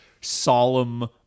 solemn